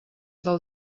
del